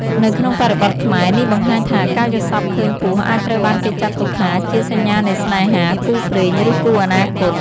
នៅក្នុងបរិបទខ្មែរ នេះបង្ហាញថាការយល់សប្តិឃើញពស់អាចត្រូវបានគេចាត់ទុកថាជាសញ្ញានៃស្នេហា គូព្រេង ឬគូអនាគត។